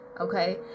okay